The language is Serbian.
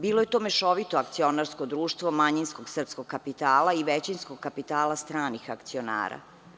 Bilo je to mešovito akcionarsko društvo manjinskog srpskog kapitala i većinskog kapitala stranih akcionara.